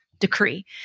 Decree